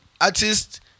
artists